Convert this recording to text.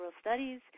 Studies